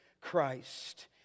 Christ